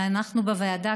ואנחנו בוועדה,